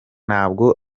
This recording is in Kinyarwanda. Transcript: ntabwo